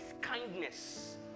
kindness